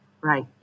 right